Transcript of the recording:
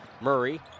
Murray